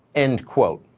end quote.